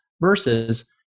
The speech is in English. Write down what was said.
versus